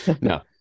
No